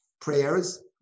prayers